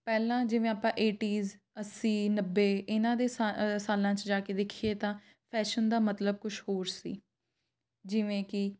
ਪਹਿਲਾਂ ਜਿਵੇਂ ਆਪਾਂ ਏਟੀਜ਼ ਅੱਸੀ ਨੱਬੇ ਇਹਨਾਂ ਦੇ ਸਾ ਅ ਸਾਲਾਂ 'ਚ ਜਾ ਕੇ ਦੇਖੀਏ ਤਾਂ ਫੈਸ਼ਨ ਦਾ ਮਤਲਬ ਕੁਛ ਹੋਰ ਸੀ ਜਿਵੇਂ ਕਿ